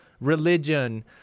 religion